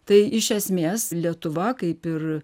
tai iš esmės lietuva kaip ir